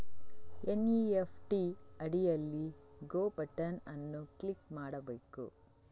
NEFT ಅಡಿಯಲ್ಲಿ go button ಅನ್ನು click ಮಾಡಬೇಕು